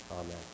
Amen